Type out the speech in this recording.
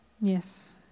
Yes